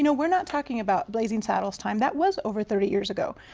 you know we are not talking about blazing saddles time. that was over thirty years ago.